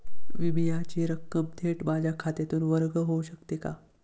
विम्याची रक्कम थेट माझ्या खात्यातून वर्ग होऊ शकते का?